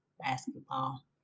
basketball